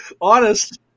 honest